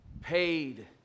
paid